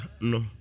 no